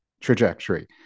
trajectory